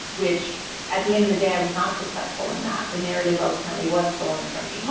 which at the end of the day, i was not successful in that. the narrative ultimately was stolen from me.